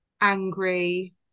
angry